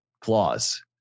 clause